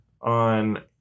on